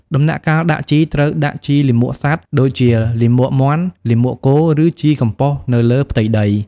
ដំណាក់កាលដាក់ជីត្រូវដាក់ ជីលាមកសត្វ (ដូចជាលាមកមាន់ លាមកគោ) ឬ ជីកំប៉ុស្ត នៅលើផ្ទៃដី។